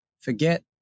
forget